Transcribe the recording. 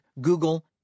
Google